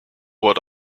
what